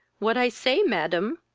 what i say, madam,